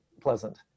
pleasant